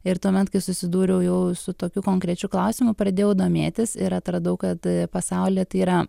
ir tuomet kai susidūriau jau su tokiu konkrečiu klausimu pradėjau domėtis ir atradau kad pasauly tai yra